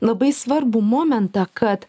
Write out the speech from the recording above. labai svarbų momentą kad